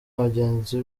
bagenzi